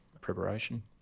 preparation